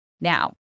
Now